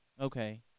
okay